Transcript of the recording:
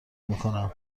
میکنم